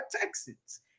Texans